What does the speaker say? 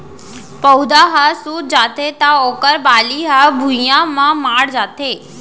पउधा ह सूत जाथे त ओखर बाली ह भुइंया म माढ़ जाथे